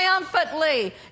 triumphantly